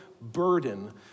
burden